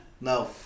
No